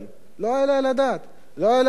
לא יעלה על הדעת, לא יעלה על הדעת,